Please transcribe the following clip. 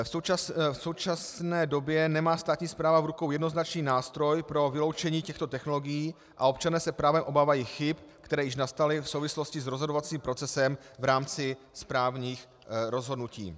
V současné době nemá státní správa v rukou jednoznačný nástroj pro vyloučení těchto technologií a občané s právem obávají chyb, které již nastaly v souvislosti s rozhodovacím procesem v rámci správních rozhodnutí.